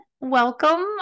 welcome